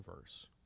verse